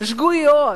שגויות